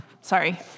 sorry